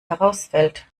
herausfällt